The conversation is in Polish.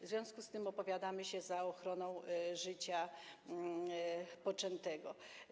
W związku z tym opowiadamy się za ochroną życia poczętego.